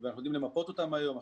ואנחנו יודעים למפות אותם היום,